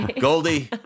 Goldie